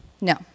No